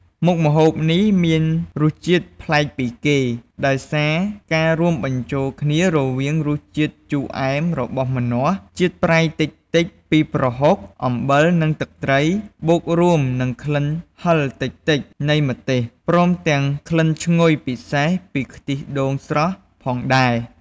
មុខម្ហូបនេះមានរសជាតិប្លែកពីគេ ដោយសារការរួមបញ្ចូលគ្នារវាងរសជាតិជូរអែមរបស់ម្នាស់ ជាតិប្រៃតិចៗពីប្រហុក អំបិល និងទឹកត្រី បូករួមនឹងក្លិនហឹរតិចៗនៃម្ទេស ព្រមទាំងក្លិនឈ្ងុយពិសេសពីខ្ទិះដូងស្រស់ផងដែរ។